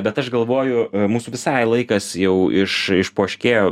bet aš galvoju mūsų visai laikas jau iš išpoškėjo